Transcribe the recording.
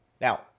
Now